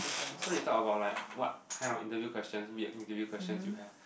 so they talk about like what kind of interview question weird interview questions you have